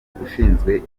ushinzwe